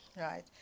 Right